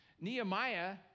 Nehemiah